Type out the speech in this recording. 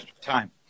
time